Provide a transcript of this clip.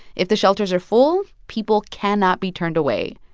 if the shelters are full, people cannot be turned away.